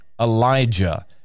Elijah